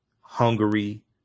Hungary